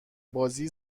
بازی